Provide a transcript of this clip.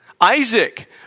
Isaac